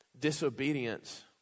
Disobedience